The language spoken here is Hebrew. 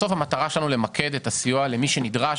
בסוף המטרה היא שלנו למקד את הסיוע למי שנדרש,